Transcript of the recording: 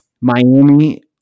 Miami